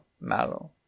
malo